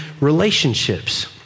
relationships